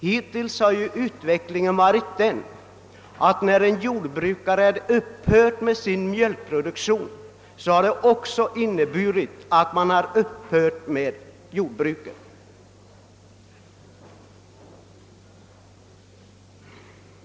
Hittills har utvecklingen varit den att när en jordbrukare upphört med mjölkproduktionen har han också upphört med jordbruket.